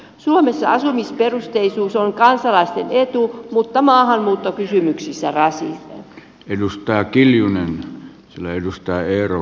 suomessa asumisperusteisuus on kansalaisten etu mutta maahanmuuttokysymyksissä rasite